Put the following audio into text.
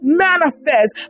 manifest